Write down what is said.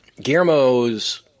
Guillermo's